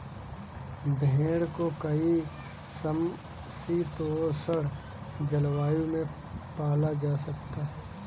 भेड़ को कई समशीतोष्ण जलवायु में पाला जा सकता है